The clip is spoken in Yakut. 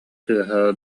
тыаһа